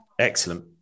excellent